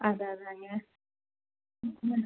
அதுதான் அதுதாங்க ம்